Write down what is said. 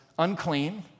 unclean